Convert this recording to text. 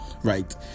right